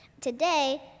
today